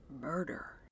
murder